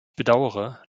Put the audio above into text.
bedaure